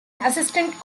assistant